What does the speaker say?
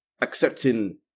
accepting